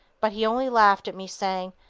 but he only laughed at me, saying,